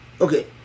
okay